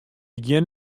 gjin